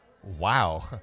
Wow